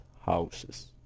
houses